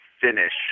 finish